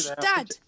Dad